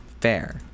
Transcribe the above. Fair